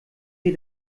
sie